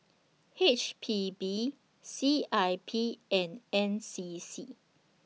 H P B C I P and N C C